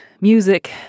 music